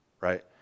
right